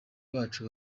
bacu